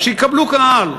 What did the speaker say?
שיקבלו קהל,